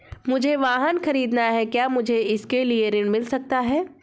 मुझे वाहन ख़रीदना है क्या मुझे इसके लिए ऋण मिल सकता है?